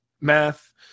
math